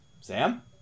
Sam